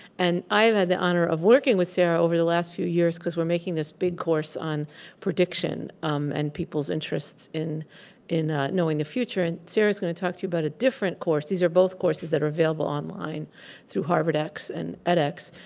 and i've had the honor of working with sara over the last few years because we're making this big course on prediction um and people's interests in in knowing the future. and sara's going to talk to you about a different course. these are both courses that are available online through harvardx and edx.